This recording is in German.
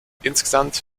insgesamt